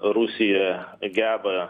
rusija geba